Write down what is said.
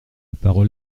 parole